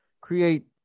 create